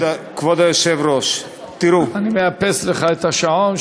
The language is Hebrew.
כבוד היושב-ראש, תראו, אני מאפס לך את השעון.